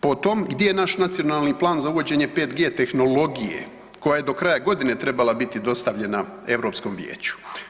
Po tom, gdje je naš nacionalni plan za uvođenje 5G tehnologije koja je do kraja godine trebala biti dostavljena Europskom vijeću?